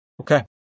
okay